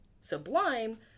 Sublime